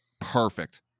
Perfect